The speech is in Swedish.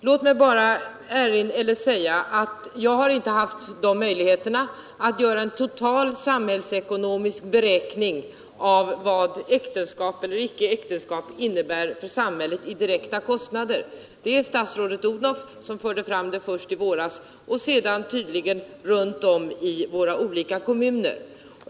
Låt mig bara säga att jag har inte haft de möjligheterna att göra en total samhällsekonomisk beräkning av vad äktenskap eller icke äktenskap innebär för samhället i direkta kostnader. Det är statsrådet Odhnoff som förde fram denna beräkning först i våras och sedan tydligen runt om i våra olika kommuner.